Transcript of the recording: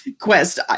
quest